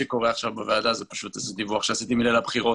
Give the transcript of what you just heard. קודם כל, תודה על הדברים האלה.